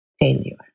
failure